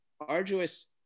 arduous